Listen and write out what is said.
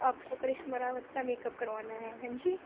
آپ کو کرشما راوت کا میک اپ کروانا ہے ہیں ہیں جی